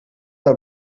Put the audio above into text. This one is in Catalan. del